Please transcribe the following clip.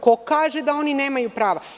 Ko kaže da oni nemaju prava?